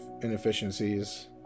inefficiencies